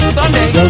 sunday